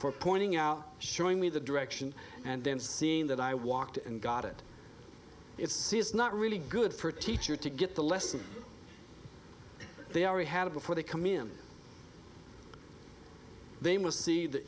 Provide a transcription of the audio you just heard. for pointing out showing me the direction and then seeing that i walked and got it it's not really good for a teacher to get the lesson they already had before they come in they must see that